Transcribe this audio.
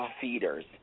feeders